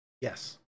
Yes